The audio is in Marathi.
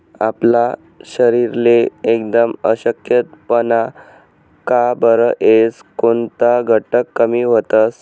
आपला शरीरले एकदम अशक्तपणा का बरं येस? कोनता घटक कमी व्हतंस?